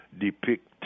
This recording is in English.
depict